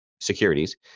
securities